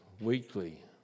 weekly